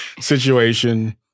situation